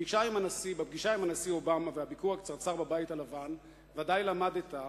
בפגישה עם הנשיא אובמה ובביקור הקצרצר בבית הלבן ודאי למדת,